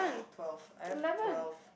twelve I have twelve